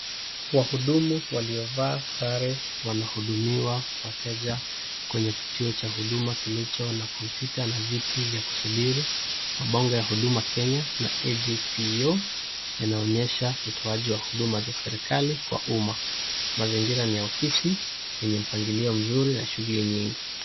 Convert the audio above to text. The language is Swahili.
Wahudumu waliovaa sare wanahudumiwa wateja kwenye kituo cha kompyuta kilicho na viti vya kusubiri, mabango ya huduma Kenya na AGPO yanaonyesha utoaji wa huduma za serikali kwa umma. Mazingira ni ya ofisi yenye mpangilio mzuri na shughuli nyingi.